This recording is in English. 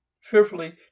fearfully